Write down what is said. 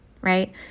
right